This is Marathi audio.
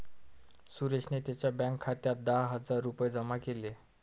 सुरेशने त्यांच्या बँक खात्यात दहा हजार रुपये जमा केले